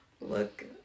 look